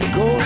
go